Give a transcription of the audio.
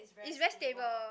is very stable